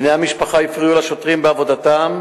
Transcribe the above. בני המשפחה הפריעו לשוטרים בעבודתם,